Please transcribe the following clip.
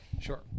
Sure